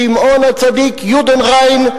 שמעון-הצדיק "יודנריין"